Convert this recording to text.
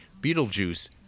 Beetlejuice